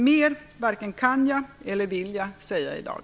Mer varken kan eller vill jag säga i dag.